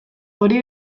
hori